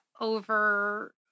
over